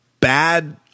bad